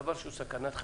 דבר שהוא סכנת חיים.